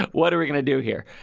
what are we going to do here?